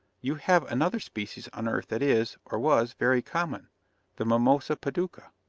you have another species on earth that is, or was, very common the mimosa pudica.